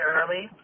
early